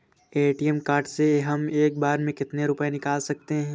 ATM card से हम एक बार में कितने रुपये निकाल सकते हैं?